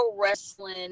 wrestling